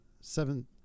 seven